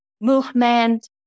movement